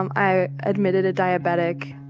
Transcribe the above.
um i admitted a diabetic.